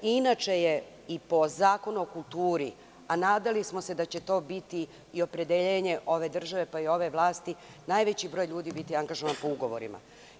Po Zakonu o kulturi, a nadali smo se da će to biti i opredeljenje ove države, pa i ove vlasti, najveći broj ljudi će biti angažovan po ugovorima.